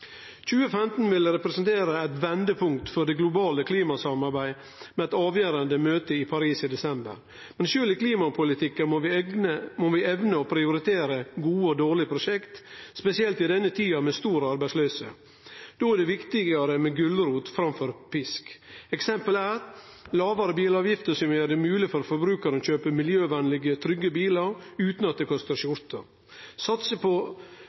2015 vil representere eit vendepunkt for det globale klimasamarbeidet med et avgjerande møte i Paris i desember. Men sjølv i klimapolitikken må vi evne å prioritere gode og dårlige prosjekt, spesielt i denne tida med stor arbeidsløyse. Då er det viktigare med gulrot framfor pisk. Eksempel er: lågare bilavgifter som gjer det mogleg for forbrukarane å kjøpe miljøvenlege, trygge bilar uten at det kostar skjorta satse på